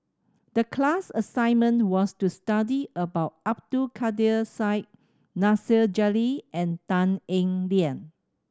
the class assignment was to study about Abdul Kadir Syed Nasir Jalil and Tan Eng Liang